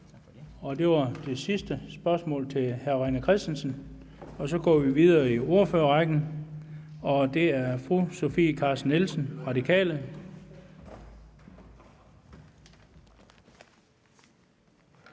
og det var det sidste spørgsmål til hr. René Christensen. Så går vi videre i ordførerrækken til fru Sofie Carsten Nielsen, Radikale.